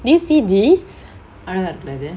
did you see this